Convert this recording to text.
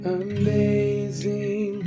amazing